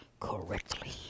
Correctly